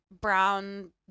brown